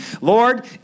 Lord